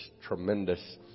tremendous